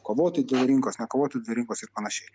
kovoti dėl rinkos nekovoti dėl rinkos ir panašiai